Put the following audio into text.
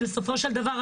בסופו של דבר,